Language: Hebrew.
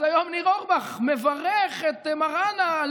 אז היום ניר אורבך מברך את מראענה על